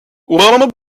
one